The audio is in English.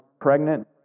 pregnant